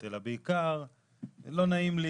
אלא בעיקר לא נעים לי,